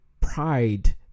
pride